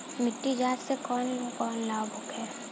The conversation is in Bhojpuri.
मिट्टी जाँच से कौन कौनलाभ होखे?